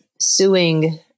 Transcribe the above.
suing